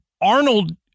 Arnold